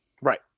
Right